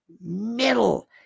middle